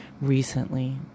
recently